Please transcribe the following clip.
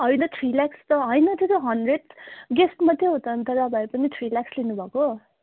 होइन थ्री ल्याक्स त होइन त्यो त हन्ड्रेड गेस्ट मात्रै हो त अन्त र भए पनि थ्री ल्याक्स लिनुभएको